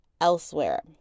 elsewhere